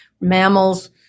mammals